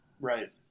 Right